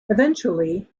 eventually